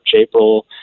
April